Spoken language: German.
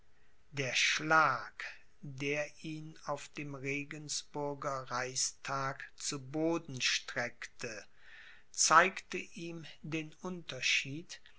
der schlag der ihn auf dem regensburger reichstag zu boden streckte zeigte ihm den unterschied